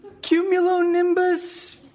Cumulonimbus